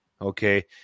Okay